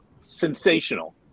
sensational